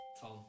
Tom